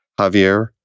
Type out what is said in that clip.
Javier